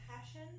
passion